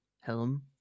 Helm